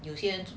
有些人